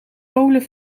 polen